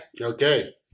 Okay